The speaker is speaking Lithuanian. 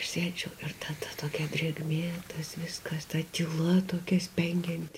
aš sėdžiu ir ta ta tokia drėgmė tas viskas ta tyla tokia spengianti